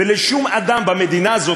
ולשום אדם במדינה הזאת,